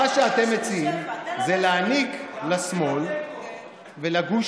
מה שאתם מציעים זה להעניק לשמאל ולגוש